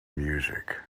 music